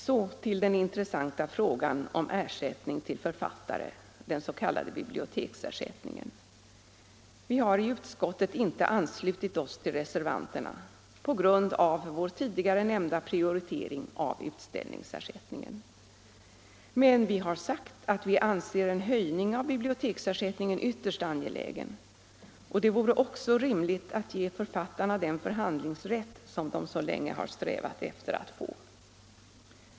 Så till den intressanta frågan om ersättning till författare, den s.k. biblioteksersättningen. Vi har i utskottet inte anslutit oss till reservanterna på grund av vår tidigare nämnda prioritering av utställningsersättningen. Men vi har sagt att vi anser en höjning av biblioteksersättningen ytterst angelägen. Det vore också rimligt att ge författarna den förhandlingsrätt som de så länge har strävat efter att få.